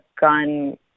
gun